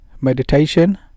meditation